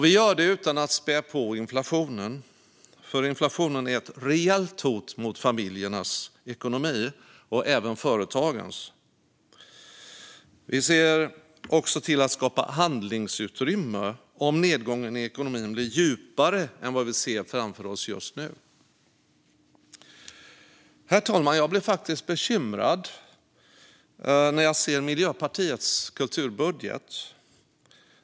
Vi gör detta utan att spä på inflationen, för den är ett reellt hot mot familjernas ekonomi och även företagens. Vi ser också till att det skapas handlingsutrymme om nedgången i ekonomin blir djupare än vad vi ser framför oss nu. Herr talman! Jag blir bekymrad när jag ser Miljöpartiets kulturbudget.